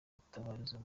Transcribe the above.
gutabariza